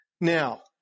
Now